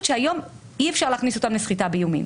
שהיום אי אפשר להכניס אותן לסחיטה באיומים.